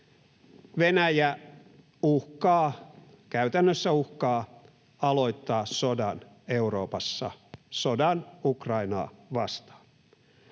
Venäjä uhkaa, käytännössä uhkaa, aloittaa sodan Euroopassa, sodan Ukrainaa vastaan.